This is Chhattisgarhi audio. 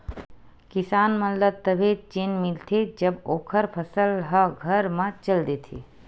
किसान मन ल तभे चेन मिलथे जब ओखर फसल ह घर म चल देथे